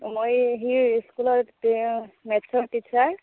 মই সি স্কুলত মেটছৰ টিচাৰ